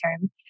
term